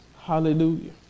Hallelujah